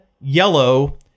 Yellow